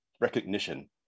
recognition